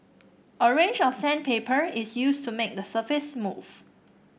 a range of sandpaper is used to make the surface smooth